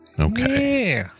Okay